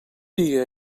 dia